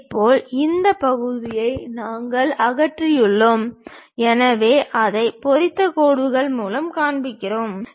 இதேபோல் இந்த பகுதியை நாங்கள் அகற்றியுள்ளோம் எனவே அதை பொறித்த கோடுகள் மூலம் காண்பிக்கிறோம்